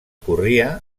corria